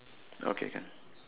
okay can